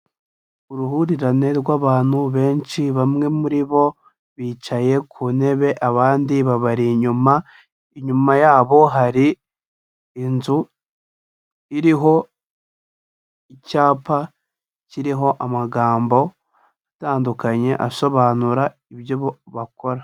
Uruhurirane rw'abantu benshi bamwe muri bo bicaye ku ntebe abandi babari inyuma, inyuma yabo hari inzu iriho icyapa kiriho amagambo atandukanye asobanura ibyo bakora.